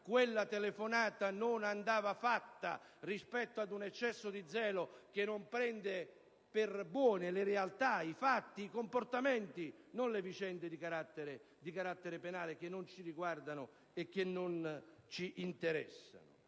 quella telefonata non andava fatta rispetto ad un eccesso di zelo che non prende per buone le realtà, i fatti, i comportamenti, non le vicende di carattere penale che non ci riguardano e che non ci interessano.